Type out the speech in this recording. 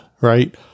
right